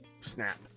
snap